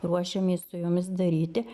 ruošiamės su jomis daryti